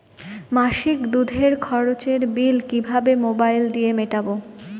মাসিক দুধের খরচের বিল কিভাবে মোবাইল দিয়ে মেটাব?